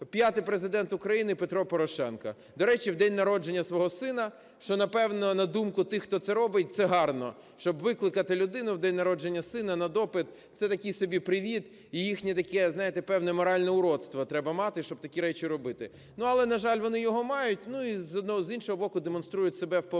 п'ятий Президент України Петро Порошенко. До речі, в день народження свого сина, що, напевно, на думку тих, хто це робить, це гарно, щоб викликати людину в день народження сина на допит – це такий собі привіт і їхнє таке, знаєте, певне моральне уродство треба мати, щоб такі речі робити. Ну, але, на жаль, вони його мають, ну, і з іншого боку демонструють себе в повній